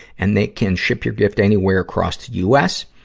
and they can ship your gift anywhere across the us.